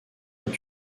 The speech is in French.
ont